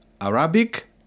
Arabic